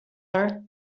her